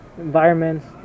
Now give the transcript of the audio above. environments